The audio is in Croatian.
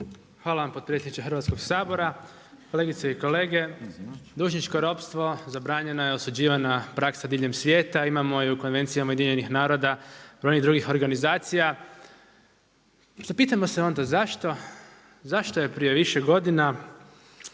Hvala vam potpredsjedniče Hrvatskog sabora. Kolegice i kolege. Dužničko ropstvo zabranjena je i osuđivanja praksa diljem svijeta, imamo ju i u konvencijama UN-a i brojnih drugih organizacija. Zapitajmo se onda zašto je prije više godina